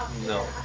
no,